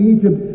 Egypt